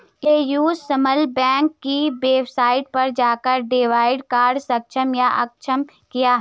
AU small bank की website पर जाकर डेबिट कार्ड सक्षम या अक्षम किया